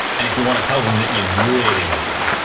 and if you want to tell them that you really love them,